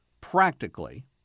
practically